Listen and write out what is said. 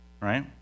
right